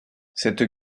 cette